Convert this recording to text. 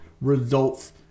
results